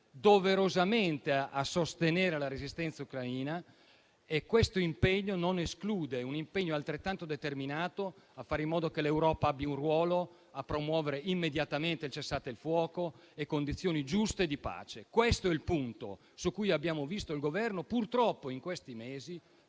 doverosamente a sostegno della resistenza ucraina, ma che questo impegno non ne esclude uno altrettanto determinato a fare in modo che l'Europa abbia un ruolo nella promozione immediata del cessate il fuoco e di condizioni giuste di pace. Questo è il punto su cui abbiamo visto il Governo, purtroppo, troppo